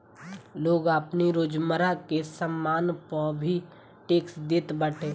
लोग आपनी रोजमर्रा के सामान पअ भी टेक्स देत बाटे